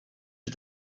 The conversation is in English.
you